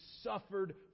suffered